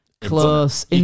Close